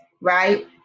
right